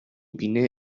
بینه